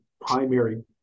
primary